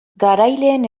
garaileen